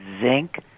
zinc